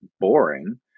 boring